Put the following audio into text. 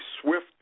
swift